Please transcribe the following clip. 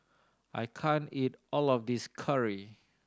I can't eat all of this curry